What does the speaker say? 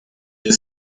the